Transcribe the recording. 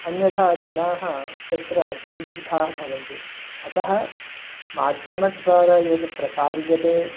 अन्यथा जनाः तत्र सन्दिग्धाः भवन्ति अतः माध्यमद्वारा यत् प्रसार्यते